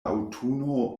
aŭtuno